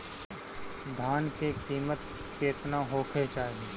धान के किमत केतना होखे चाही?